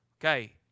Okay